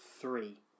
three